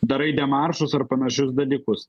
darai demaršus ar panašius dalykus